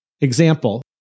Example